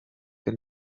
the